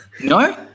no